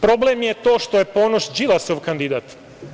Problem je to što je Ponoš Đilasov kandidat.